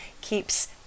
keeps